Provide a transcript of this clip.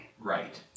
Right